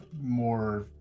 more